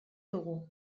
dugu